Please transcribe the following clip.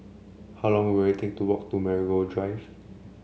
how long will it take to walk to Marigold Drive